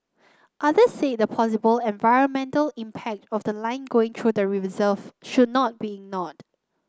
others said the possible environmental impact of the line going through the reserve should not be ignored